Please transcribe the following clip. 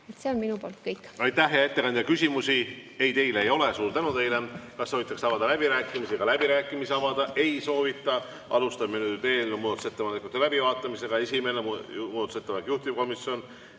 See on minu poolt kõik.